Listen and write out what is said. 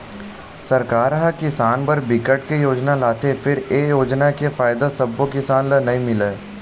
सरकार ह किसान बर बिकट के योजना लाथे फेर ए योजना के फायदा सब्बो किसान ल नइ मिलय